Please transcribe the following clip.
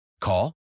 Call